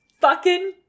fucking-